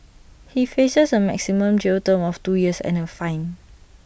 he faces A maximum jail term of two years and A fine